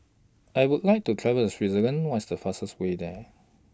I Would like to travel to Switzerland What's The fastest Way There